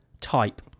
type